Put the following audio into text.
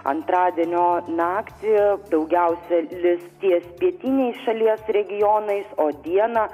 antradienio naktį daugiausiai lis ties pietiniais šalies regionais o dieną